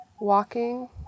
walking